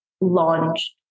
launched